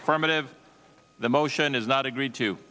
affirmative the motion is not agreed to